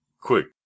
quick